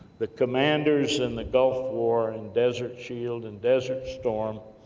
the commanders in the gulf war, and desert shield, and desert storm,